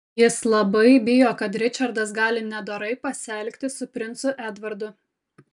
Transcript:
jis labai bijo kad ričardas gali nedorai pasielgti su princu edvardu